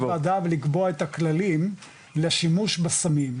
הגידור הזה צריכה לשבת וועדה ולקבוע את הכללים לשימוש בסמים,